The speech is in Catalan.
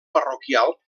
parroquial